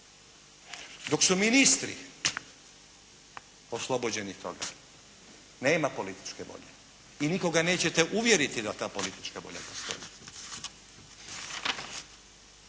Dok su ministri oslobođeni toga, nema političke volje i nikoga nećete uvjeriti da ta politička volja postoji.